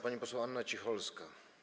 Pani poseł Anna Cicholska.